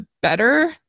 better